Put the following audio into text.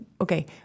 okay